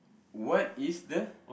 what is the